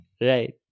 Right